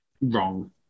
wrong